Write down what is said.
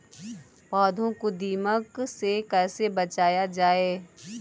पौधों को दीमक से कैसे बचाया जाय?